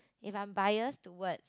if I'm bias towards